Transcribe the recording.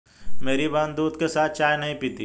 मेरी बहन दूध के साथ चाय नहीं पीती